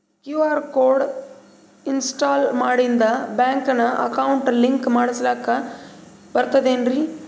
QR code ಇನ್ಸ್ಟಾಲ ಮಾಡಿಂದ ಬ್ಯಾಂಕಿನ ಅಕೌಂಟ್ ಲಿಂಕ ಮಾಡಸ್ಲಾಕ ಬರ್ತದೇನ್ರಿ